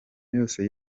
yose